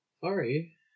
sorry